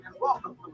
welcome